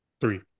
three